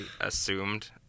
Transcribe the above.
assumed